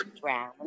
brown